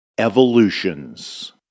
Evolutions